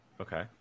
Okay